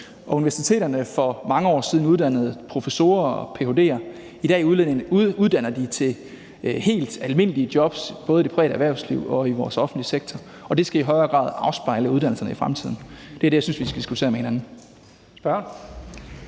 universiteterne uddannede for mange år siden professorer og ph.d.er. I dag uddanner de til helt almindelige jobs både i det private erhvervsliv og i vores offentlige sektor, og det skal i højere grad afspejles i uddannelserne i fremtiden. Det er det, jeg synes vi skal diskutere med hinanden.